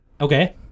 Okay